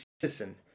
citizen